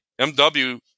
mw